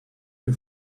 you